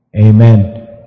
Amen